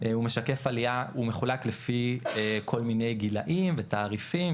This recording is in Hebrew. הוא מחולק לפי כל מיני גילאים ותעריפים,